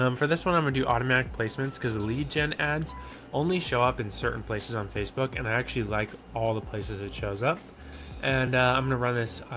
um for this one, i'm going to do automatic placements because the lead gen ads only show up in certain places on facebook and i actually like all the places that shows up and a, i'm going to run this,